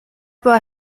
była